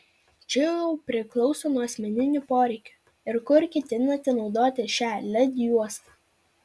čia jau priklauso nuo asmeninių poreikių ir kur ketinate naudoti šią led juostą